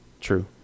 True